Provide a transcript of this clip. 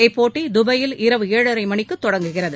இப்போட்டி துபாயில் இரவு ஏழரை மணிக்கு தொடங்குகிறது